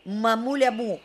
mamule mū